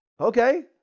okay